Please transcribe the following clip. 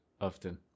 often